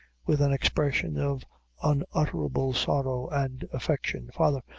with an expression of unutterable sorrow and affection father,